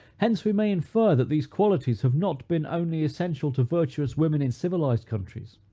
hence we may infer, that these qualities have not been only essential to virtuous women in civilized countries,